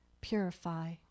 purify